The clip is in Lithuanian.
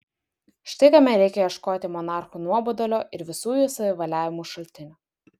štai kame reikia ieškoti monarchų nuobodulio ir visų jų savivaliavimų šaltinio